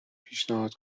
پیشنهاد